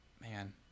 man